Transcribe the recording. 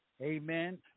amen